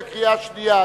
בקריאה שנייה.